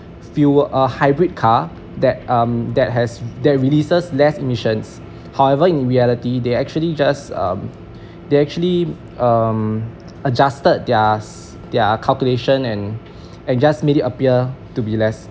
fuel uh hybrid car that um that has that releases less emissions however in we're they actually just um they actually um adjusted their s~ their calculation and and just make it appear to be less